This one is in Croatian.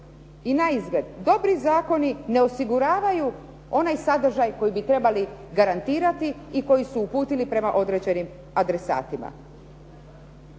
i naizgled dobri zakoni ne osiguravaju onaj sadržaj koji bi trebali garantirati i koji su uputili prema određenim adresatima.